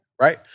right